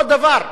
אותו דבר.